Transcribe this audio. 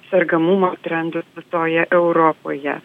sergamumo trendus visoje europoje